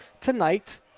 tonight